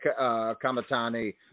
Kamatani